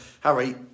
Harry